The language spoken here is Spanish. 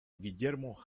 guillermo